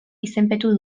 izenpetu